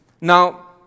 Now